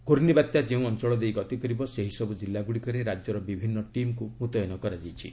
ଘୂର୍ଣ୍ଣିବାତ୍ୟା ଯେଉଁ ଅଞ୍ଚଳଦେଇ ଗତି କରିବ ସେହିସବୁ ଜିଲ୍ଲାଗୁଡ଼ିକରେ ରାଜ୍ୟର ବିଭିନ୍ନ ଟିମ୍କୁ ମୁତୟନ କରାଯାଇଛି